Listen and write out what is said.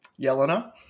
Yelena